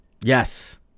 Yes